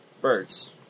Birds